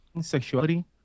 sexuality